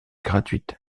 gratuite